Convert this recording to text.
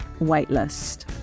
waitlist